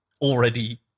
already